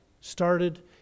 started